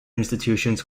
institutions